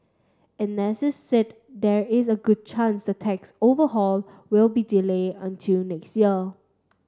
analysts said there is a good chance the tax overhaul will be delayed until next year